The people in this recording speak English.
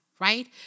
right